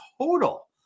total